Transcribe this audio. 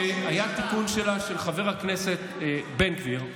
שהיה תיקון שלה של חבר הכנסת בן גביר,